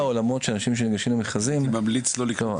גם בעולמות של אנשים שמתעסקים עם מכרזים, יכול